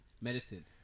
Medicine